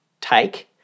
take